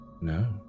No